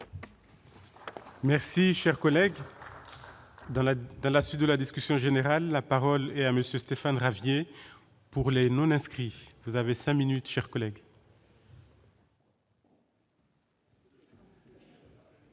Merci, cher collègue dans la dans la suite de la discussion générale, la parole est à monsieur Stéphane Ravier pour les non inscrits, vous avez 5 minutes chers collègues.